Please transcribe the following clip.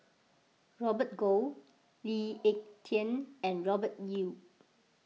Robert Goh Lee Ek Tieng and Robert Yeo